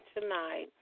tonight